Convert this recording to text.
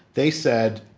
they said,